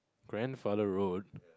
grandfather road